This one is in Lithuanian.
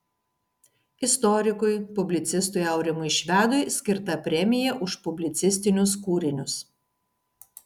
istorikui publicistui aurimui švedui skirta premija už publicistinius kūrinius